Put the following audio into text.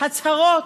הצהרות,